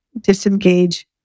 disengage